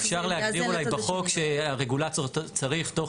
אפשר להגדיר אולי בחוק שהרגולטור צריך תוך